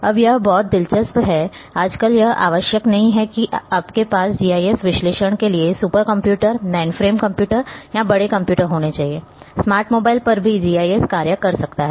अब यह बहुत दिलचस्प है आजकल यह आवश्यक नहीं है कि आपके पास जीआईएस विश्लेषण के लिए सुपर कंप्यूटर मेनफ्रेम कंप्यूटर या बड़े कंप्यूटर होने चाहिए स्मार्ट मोबाइल पर भी जीआईएस कार्य कर सकता है